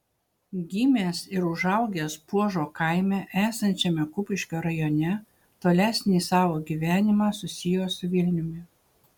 gimęs ir užaugęs puožo kaime esančiame kupiškio rajone tolesnį savo gyvenimą susiejo su vilniumi